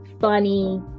funny